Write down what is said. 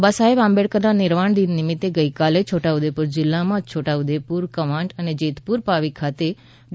બાબાસાહેબ આંબેડકરના નિર્વાણ દિન નિમિત્તે ગઇકાલે છોટાઉદેપુર જિલ્લામાં છોટા ઉદેપુર કવાંટ અને જેતપુર પાવી ખાતે ડૉ